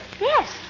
Yes